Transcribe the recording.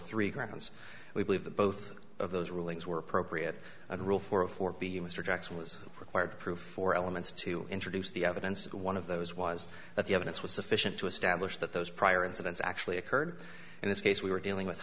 three grounds we believe that both of those rulings were appropriate and rule for a for b you mr jackson was required proof or elements to introduce the evidence one of those was that the evidence was sufficient to establish that those prior incidents actually occurred in this case we were dealing with